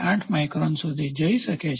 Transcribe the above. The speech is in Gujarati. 8 માઇક્રોન સુધી જઈ શકે છે